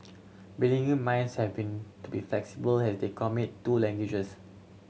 bilingual minds have been be flexible has they commit to languages